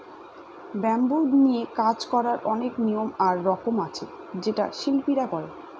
bamboo নিয়ে কাজ করার অনেক নিয়ম আর রকম আছে যেটা শিল্পীরা করে